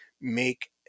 make